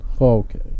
Okay